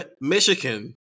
Michigan